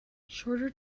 shorter